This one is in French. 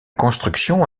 construction